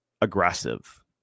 aggressive